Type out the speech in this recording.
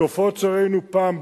התופעות שראינו פעם,